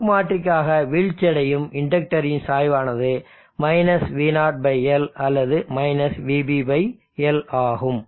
buck மாற்றிகாக வீழ்ச்சியடையும் இண்டக்டரின் சாய்வானது - v0L அல்லது vBL ஆகும்